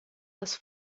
das